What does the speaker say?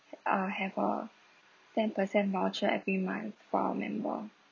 uh have a ten percent voucher every month for our member